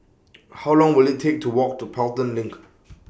How Long Will IT Take to Walk to Pelton LINK